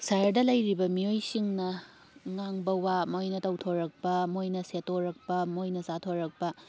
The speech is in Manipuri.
ꯁꯍꯔꯗ ꯂꯩꯔꯤꯕ ꯃꯤꯑꯣꯏꯁꯤꯡꯅ ꯉꯥꯡꯕ ꯋꯥ ꯃꯣꯏꯅ ꯇꯧꯊꯣꯔꯛꯄ ꯃꯣꯏꯅ ꯁꯦꯠꯇꯣꯔꯛꯄ ꯃꯣꯏꯅ ꯆꯥꯊꯣꯔꯛꯄ